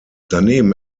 daneben